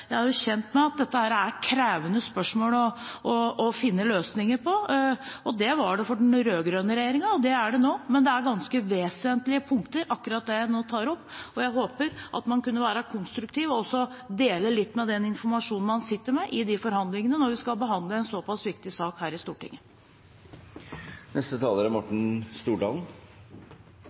Jeg er kjent med at dette er krevende spørsmål å finne løsninger på. Det var det for den rød-grønne regjeringen, og det er det nå. Det er ganske vesentlige punkter jeg tar opp akkurat nå, og jeg håper man kan være konstruktiv og dele litt av den informasjonen man sitter med, i forhandlingene når vi skal behandle en såpass viktig sak her i Stortinget. Når jeg tar ordet nå, er